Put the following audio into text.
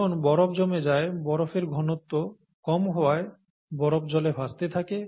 যখন বরফ জমে যায় বরফের ঘনত্ব কম হওয়ায় বরফ জলে ভাসতে থাকে